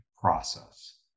process